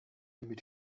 mit